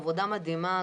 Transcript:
עבודה מדהימה,